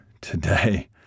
today